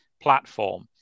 platform